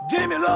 Jimmy